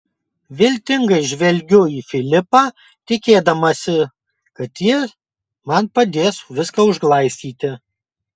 viltingai žvelgiu į filipą tikėdamasi kad ji man padės viską užglaistyti